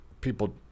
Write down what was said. people